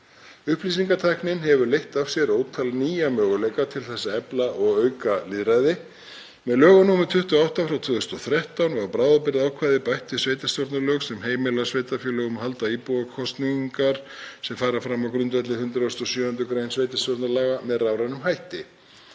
Upplýsingatæknin hefur leitt af sér ótal nýja möguleika til að efla og auka lýðræði. Með lögum nr. 28/2013 var bráðabirgðaákvæði bætt við sveitarstjórnarlög sem heimilar sveitarfélögum að halda íbúakosningar, sem fara fram á grundvelli 107. gr. sveitarstjórnarlaga, með rafrænum hætti.